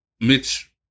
Mitch